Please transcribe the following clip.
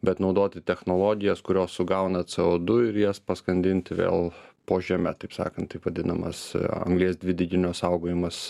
bet naudoti technologijas kurios sugauna co du ir jas paskandinti vėl po žeme taip sakant taip vadinamas anglies dvideginio saugojimas